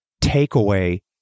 takeaway